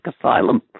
asylum